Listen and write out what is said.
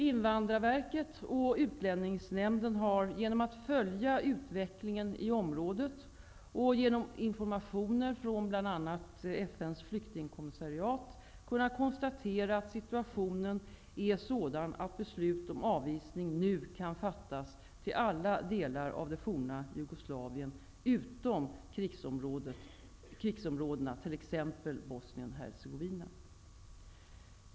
Invandrarverket och Utlänningsnämnden har genom att följa utvecklingen i området och genom informationer från bl.a. FN:s flyktingkommissariat kunnat konstatera att situationen är sådan att beslut om avvisning nu kan fattas till alla delar av det forna Jugoslavien utom krigsområdena, t.ex. Bosnien-Hercegovina.